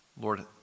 Lord